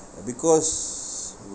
uh because